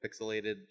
pixelated